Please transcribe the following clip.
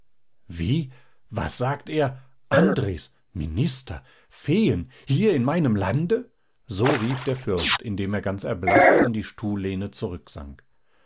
wie was sagt er andres minister feen hier in meinem lande so rief der fürst indem er ganz erblaßt in die stuhllehne